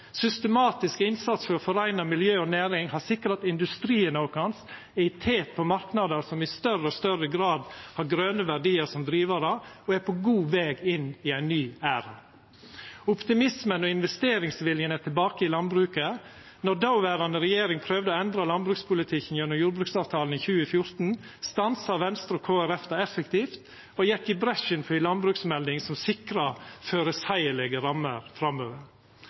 Systematisk innsats for å foreina miljø og næring har sikra at industrien vår er i tet på marknader som i større og større grad har grøne verdiar som drivarar, og er på god veg inn i ein ny æra. Optimismen og investeringsviljen er tilbake i landbruket. Då dåverande regjering prøvde å endra landbrukspolitikken gjennom jordbruksavtalen i 2014, stansa Venstre og Kristeleg Folkeparti det effektivt og gjekk i bresjen for ei landbruksmelding som sikra føreseielege rammer framover.